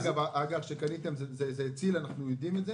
אג"ח שקניתם הציל, ואנחנו יודעים את זה.